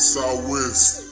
Southwest